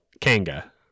Kanga